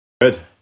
good